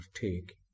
take